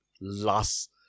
last